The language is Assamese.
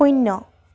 শূন্য